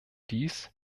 dies